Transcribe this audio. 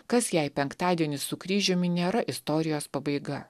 kas jei penktadienis su kryžiumi nėra istorijos pabaiga